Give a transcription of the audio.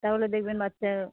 তাহলে দেখবেন বাচ্চা